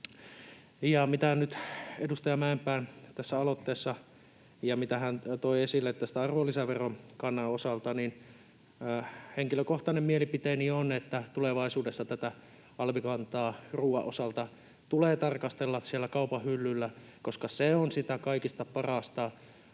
tässä edustaja Mäenpään aloitteessa on ja mitä hän toi esille tästä arvonlisäverokannan osalta, niin henkilökohtainen mielipiteeni on, että tulevaisuudessa tätä alvikantaa ruoan osalta tulee tarkastella siellä kaupan hyllyllä, koska se on sitä kaikista parasta